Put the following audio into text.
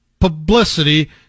publicity